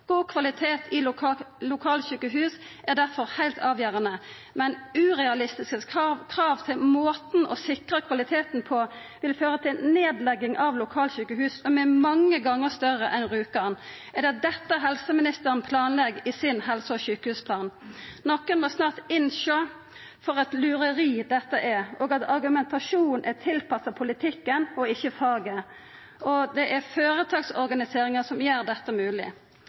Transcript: God kvalitet i lokalsjukehusa er derfor heilt avgjerande. Men urealistiske krav til måten å sikra kvaliteten på vil føra til nedlegging av lokalsjukehus som er mange gonger større enn Rjukan. Er det dette helseministeren planlegg i sin helse- og sjukehusplan? Nokon må snart innsjå kva for eit lureri dette er, og at argumentasjonen er tilpassa politikken, og ikkje faget. Det er føretaksorganiseringa som gjer dette